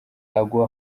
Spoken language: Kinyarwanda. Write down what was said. agwa